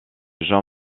jean